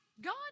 God